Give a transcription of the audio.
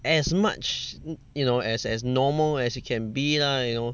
as much you know as as normal as it can be lah you know